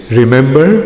remember